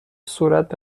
صورت